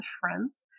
friends